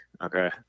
Okay